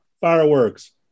Fireworks